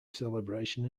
celebration